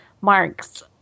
marks